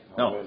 no